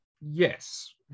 Yes